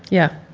yeah.